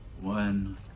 one